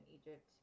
Egypt